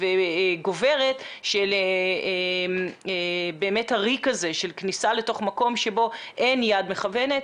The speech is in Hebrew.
וגוברת של הריק הזה של כניסה לתוך מקום שבו אין יד מכוונת